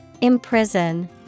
Imprison